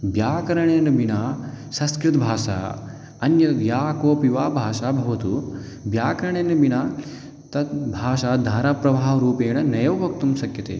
व्याकरणेन विना संस्कृतभाषा अन्या व्या कोऽपि वा भाषा भवतु व्याकरणेन विना तद् भाषा धारप्रभावरूपेण नैव वक्तुं शक्यते